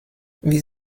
wie